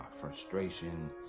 frustration